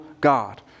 God